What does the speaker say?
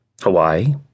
Hawaii